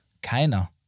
Keiner